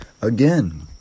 again